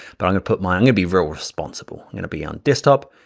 but i'm gonna put mine, i'm gonna be very responsible, i'm gonna be on desktop,